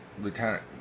Lieutenant